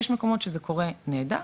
יש מקומות שזה קורה נהדר,